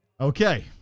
okay